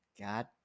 God